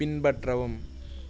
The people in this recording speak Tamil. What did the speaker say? பின்பற்றவும்